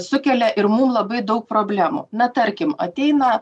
sukelia ir mum labai daug problemų na tarkim ateina